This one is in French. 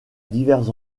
divers